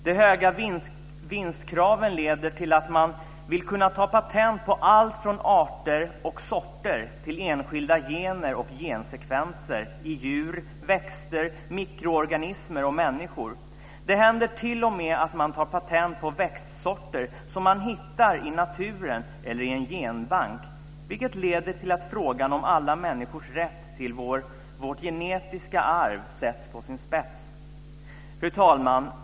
De höga vinstkraven leder till att man vill kunna ta patent på allt från arter och sorter till enskilda gener och gensekvenser i djur, växter, mikroorganismer och människor. Det händer t.o.m. att man tar patent på växtsorter som man hittar i naturen eller i en genbank, vilket leder till att frågan om alla människors rätt till vårt genetiska arv ställs på sin spets. Fru talman!